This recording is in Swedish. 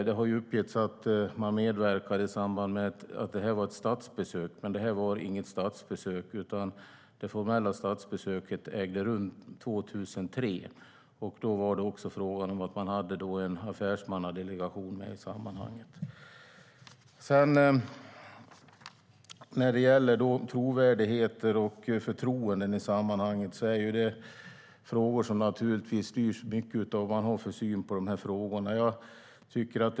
Det har uppgetts att man medverkade i samband med ett statsbesök, men det här var inget statsbesök. Det formella statsbesöket ägde rum 2003. Då fanns det också en affärsdelegation med. Trovärdighet och förtroende är frågor som naturligtvis styrs mycket av vad man har för syn på dessa frågor.